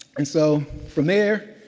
and so, from there,